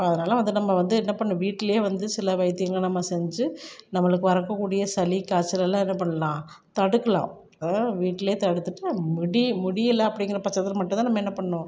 அப்புறம் அதனாலலாம் வந்து நம்ம வந்து என்ன பண்ணணும் வீட்லேயே வந்து சில வைத்தியங்களை நம்ம செஞ்சு நம்மளுக்கு வரக் கூடிய சளி காய்ச்சல் எல்லாம் என்ன பண்ணலாம் தடுக்கலாம் அதலாம் வீட்லேயே தடுத்துவிட்டு முடியல அப்டிங்கிற பட்சத்தில் மட்டும் தான் நம்ம என்ன பண்ணணும்